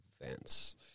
events